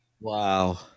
wow